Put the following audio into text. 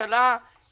הציבור פשוט רואה,